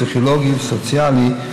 פסיכולוגי וסוציאלי,